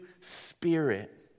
spirit